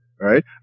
right